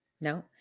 No